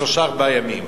בשלושה-ארבעה ימים?